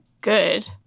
good